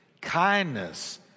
kindness